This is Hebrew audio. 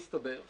מסתבר,